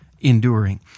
enduring